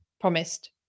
promised